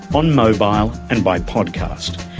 on mobile and by podcast.